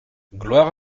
gloire